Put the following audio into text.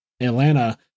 Atlanta